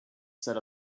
set